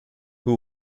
who